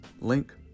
link